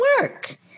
work